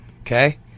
Okay